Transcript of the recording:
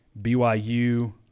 BYU